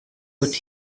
put